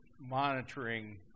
monitoring